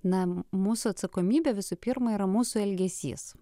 na mūsų atsakomybė visų pirma yra mūsų elgesys